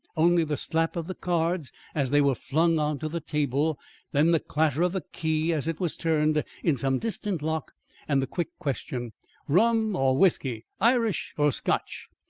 only the slap of the cards as they were flung onto the table then the clatter of a key as it was turned in some distant lock and the quick question rum, or whisky. irish or scotch?